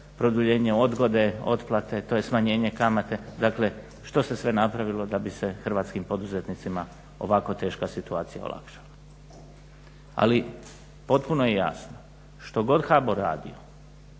produljenje odgode otplate, to je smanjene kamate, dakle što se sve napravilo da bi se hrvatskim poduzetnicima ovako teška situacija olakšala. Ali potpuno je jasno što HBOR radi